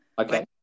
Okay